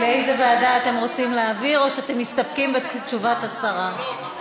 לאיזו ועדה את ממליצה להעביר את ההצעות לסדר-היום?